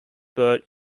bert